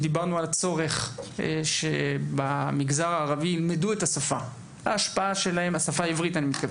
דיברנו על צורך ללמד את השפה העברית במגזר הערבי.